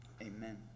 Amen